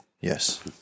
Yes